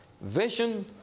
Vision